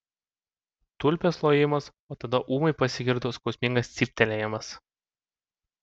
tulpės lojimas o tada ūmai pasigirdo skausmingas cyptelėjimas